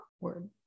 Word